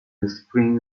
aspiring